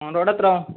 on road എത്ര